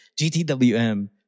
GTWM